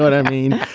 but i mean,